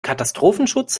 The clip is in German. katastrophenschutz